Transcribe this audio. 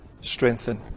strengthen